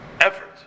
effort